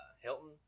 Hilton